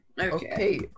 Okay